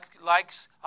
likes